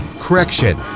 Correction